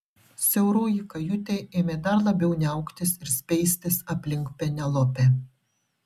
siauroji kajutė ėmė dar labiau niauktis ir speistis aplink penelopę